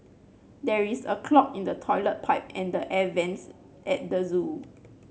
there is a clog in the toilet pipe and the air vents at the zoo